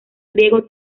griego